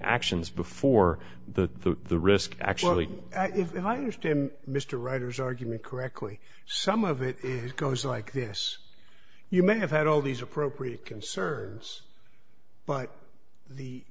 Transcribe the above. actions before the the risk actually i understand mr rogers argument correctly some of it goes like this you may have had all these appropriate concerns but the